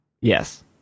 Yes